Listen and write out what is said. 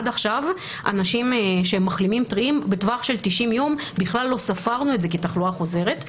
עד עכשיו מחלימים טריים בטווח של 90 יום בכלל לא ספרנו כתחלואה חוזרת,